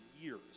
years